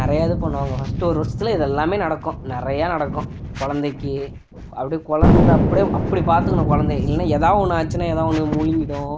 நிறையாது பண்ணுவாங்க ஃபர்ஸ்ட்டு ஒரு வருஷத்துல இதெல்லாம் நடக்கும் நிறையா நடக்கும் குழந்தைக்கி அப்படியே குழந்த அப்படே அப்படி பார்த்துக்குணும் குழந்தைய இல்லை எதா ஒன்று ஆய்ச்சுனா எதாக ஒன்று முழுகிடும்